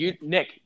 Nick